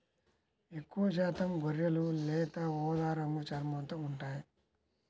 ఎక్కువశాతం గొర్రెలు లేత ఊదా రంగు చర్మంతో ఉంటాయి